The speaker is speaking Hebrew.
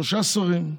שלושה שרים,